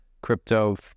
crypto